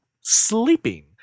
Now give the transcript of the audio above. sleeping